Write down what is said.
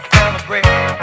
Celebrate